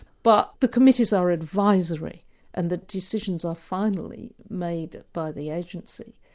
but the committees are advisory and the decisions are finally made by the agency.